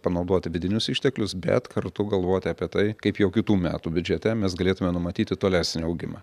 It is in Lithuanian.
panaudoti vidinius išteklius bet kartu galvoti apie tai kaip jau kitų metų biudžete mes galėtumėme numatyti tolesnį augimą